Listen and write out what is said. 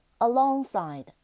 Alongside